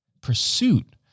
Pursuit